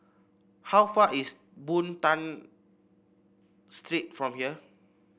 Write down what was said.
how far is Boon Tat Street from here